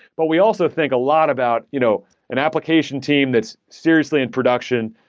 but we also think a lot about you know an application team that's seriously in production.